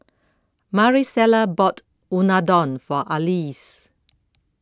Marisela bought Unadon for Alease